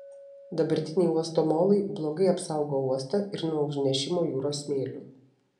dabartiniai uosto molai blogai apsaugo uostą ir nuo užnešimo jūros smėliu